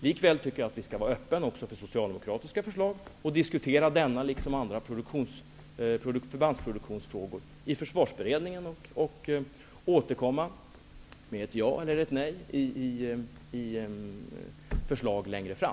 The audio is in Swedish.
Likväl tycker jag att vi skall vara öppna också för socialdemokratiska förslag och diskutera denna liksom andra förbandsproduktionsfrågor i försvarsberedningen och återkomma med ett ja eller nej i förslag längre fram.